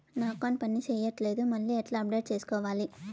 నా అకౌంట్ పని చేయట్లేదు మళ్ళీ ఎట్లా అప్డేట్ సేసుకోవాలి?